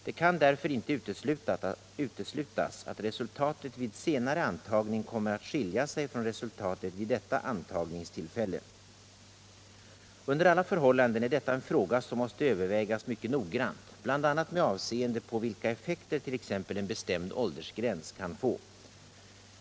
Det kan därför inte uteslutas att resultatet vid senare antagning kommer att skilja sig från resultatet vid detta antagningstillfälle. Under alla förhållanden är detta en fråga som måste övervägas mycket noggrant, bl.a. med avseende på vilka effekter t.ex. en bestämd åldersgräns kan få.